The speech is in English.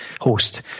host